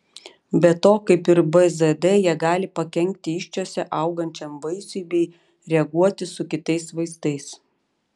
be to kaip ir bzd jie gali pakenkti įsčiose augančiam vaisiui bei reaguoti su kitais vaistais